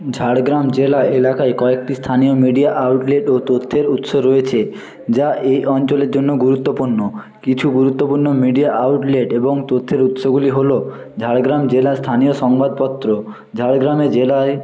ঝাড়গ্রাম জেলা এলাকায় কয়েকটি স্থানীয় মিডিয়া আউটলেট ও তথ্যের উৎস রয়েছে যা এই অঞ্চলের জন্য গুরুত্বপূর্ণ কিছু গুরুত্বপূর্ণ মিডিয়া আউটলেট এবং তথ্যের উৎসগুলি হলো ঝাড়গ্রাম জেলা স্থানীয় সংবাদপত্র ঝাড়গ্রামে জেলায়